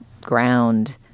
ground